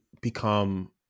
become